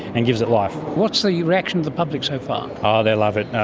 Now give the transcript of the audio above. and gives it life. what's the reaction of the public so far? ah they love it.